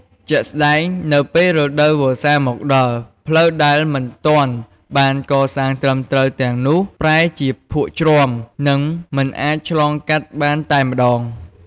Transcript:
ជាក់ស្តែង នៅពេលរដូវវស្សាមកដល់ ផ្លូវដែលមិនទាន់បានកសាងត្រឹមត្រូវទាំងនោះ ប្រែជាភក់ជ្រាំ និងមិនអាចឆ្លងកាត់បានតែម្តង។